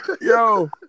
Yo